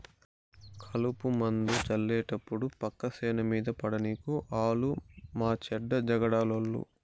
కలుపుమందు జళ్లేటప్పుడు పక్క సేను మీద పడనీకు ఆలు మాచెడ్డ జగడాలోళ్ళు